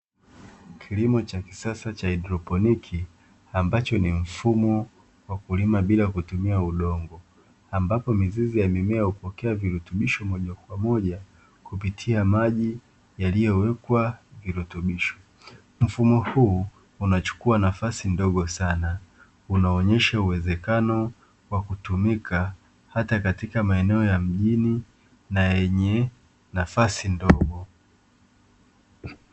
Kilimo cha kisasa cha haidroponiki ambacho ni mfumo wa kulima bila kutumia udongo, ambapo mizizi ya mimea hupokea virutubisho moja kwa moja, kupitia maji yaliyowekwa virutubisho. Mfumo huu unachukua nafasi ndogo sana, unaonyesha uwezekano wa kutumika hata katika maeneo ya mjini na yenye nafasi ndogo.